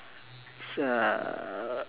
it's a